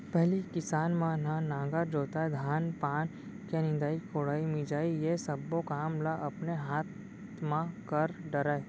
पहिली के किसान मन ह नांगर जोतय, धान पान के निंदई कोड़ई, मिंजई ये सब्बो काम ल अपने हाथ म कर डरय